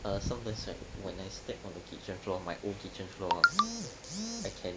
err sometimes right when I step on the kitchen floor my own kitchen floor ah I can